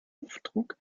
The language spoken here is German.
luftdruck